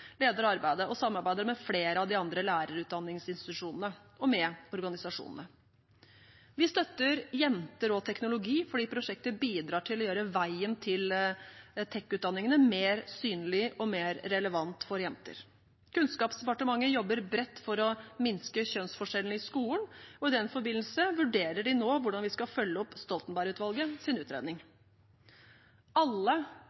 leder arbeidet og samarbeider med flere av de andre lærerutdanningsinstitusjonene og med organisasjonene. Vi støtter jenter og teknologi, fordi prosjektet bidrar til å gjøre veien til tek-utdanningene mer synlig og mer relevant for jenter. Kunnskapsdepartementet jobber bredt for å minske kjønnsforskjeller i skolen, og i den forbindelse vurderer de nå hvordan vi skal følge opp